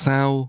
Sao